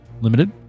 limited